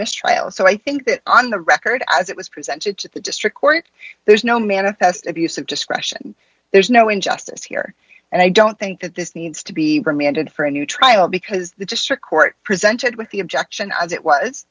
mistrial so i think that on the record as it was presented to the district court there's no manifest abuse of discretion there's no injustice here and i don't think that this needs to be remanded for a new trial because the district court presented with the objection as it was